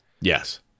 Yes